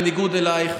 בניגוד אלייך,